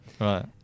right